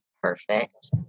perfect